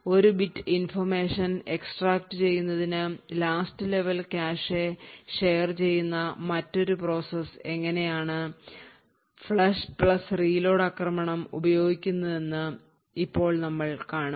ഒരു bit information എക്സ്ട്രാക്റ്റുചെയ്യുന്നതിന് last level cache share ചെയ്യുന്ന മറ്റൊരു പ്രോസസ് എങ്ങനെയാണ് ഫ്ലഷ് പ്ലസ് റീലോഡ് ആക്രമണം ഉപയോഗിക്കുന്നതെന്ന് ഇപ്പോൾ നമ്മൾ കാണും